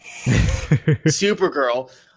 Supergirl